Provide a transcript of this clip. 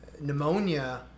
pneumonia